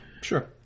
Sure